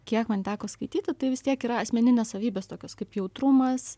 kiek man teko skaityti tai vis tiek yra asmeninės savybės tokios kaip jautrumas